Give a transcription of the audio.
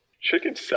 Chicken